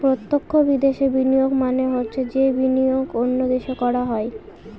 প্রত্যক্ষ বিদেশে বিনিয়োগ মানে হচ্ছে যে বিনিয়োগ অন্য দেশে করা হয়